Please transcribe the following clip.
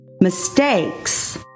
Mistakes